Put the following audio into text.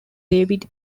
david